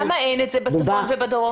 למה אין את זה בצפון ובדרום?